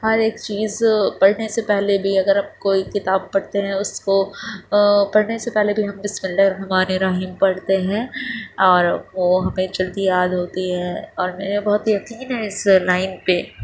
ہر ایک چیز پڑھنے سے پہلے بھی اگر ہم کوئی کتاب پڑھتے ہیں اس کو پڑھنے سے پہلے بھی ہم بسم الله الرحمٰن الرحيم پڑھتے ہیں اور وہ ہمیں جلدی یاد ہوتی ہے اور میرا بہت ہی یقین ہے اس لائن پہ